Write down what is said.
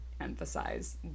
emphasize